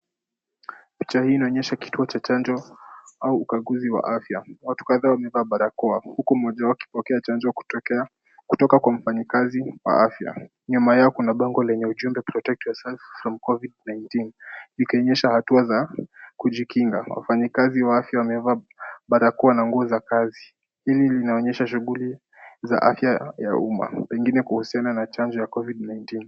Picha hii inaonyesha kituo cha chanjo au ukaguzi wa afya. Watu kadhaa wamevaa barakoa huku mmoja wao akipokea chanjo kutoka kwa mfanyikazi wa afya. Nyuma yao kuna bango lenye ujumbe Protect Yourself from Covid-19 ikionyesha hatua za kujikinga. Wafanyikazi wa afya wamevaa barakoa na nguo za kazi. Hili linaonyesha shughuli za afya ya umma pengine kuhusiana na chanjo ya Covid-19.